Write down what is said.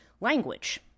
language